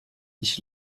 ich